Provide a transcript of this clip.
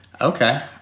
Okay